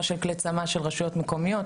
לא של כלי צמ"ה של רשויות מקומיות,